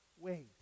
wait